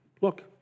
Look